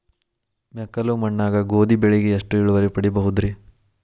ಮೆಕ್ಕಲು ಮಣ್ಣಾಗ ಗೋಧಿ ಬೆಳಿಗೆ ಎಷ್ಟ ಇಳುವರಿ ಪಡಿಬಹುದ್ರಿ?